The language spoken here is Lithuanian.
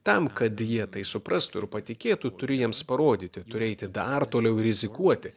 tam kad jie tai suprastų ir patikėtų turi jiems parodyti turėti dar toliau rizikuoti